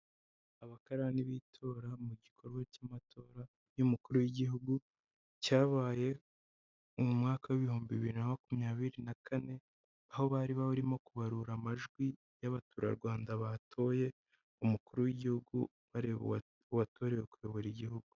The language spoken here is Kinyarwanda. Abakarani b'itora mu gikorwa cy'amatora y'umukuru w'igihugu cyabaye mu mwaka w'ibihumbi bibiri na makumyabiri na kane, aho bari barimo kubarura amajwi y'abaturarwanda batoye umukuru w'igihugu bareba uwatorewe kuyobora igihugu.